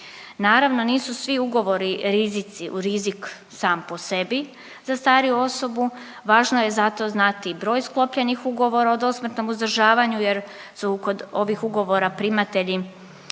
Naravno nisu svi ugovori rizici, rizik sam po sebi za stariju osobu. Važno je zato znati i broj sklopljenih ugovora o dosmrtnom uzdržavanju, jer su kod ovih ugovora primatelji